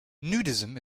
nudism